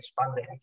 funding